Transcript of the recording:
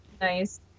Nice